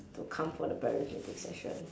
to come for the parent teacher session